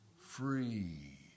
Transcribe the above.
Free